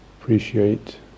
appreciate